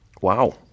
Wow